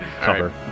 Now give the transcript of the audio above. cover